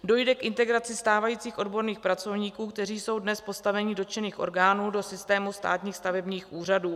Dojde k integraci stávajících odborných pracovníků, kteří jsou dnes v postavení dotčených orgánů, do systému státních stavebních úřadů.